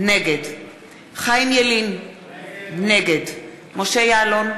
נגד חיים ילין, נגד משה יעלון,